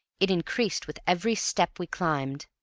it increased with every step we climbed.